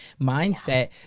mindset